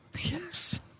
Yes